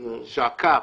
שהקו,